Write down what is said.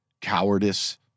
cowardice